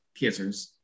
kissers